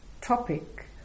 topic